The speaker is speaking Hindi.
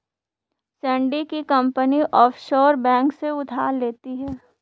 सैंडी की कंपनी ऑफशोर बैंक से उधार लेती है